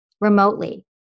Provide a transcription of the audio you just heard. remotely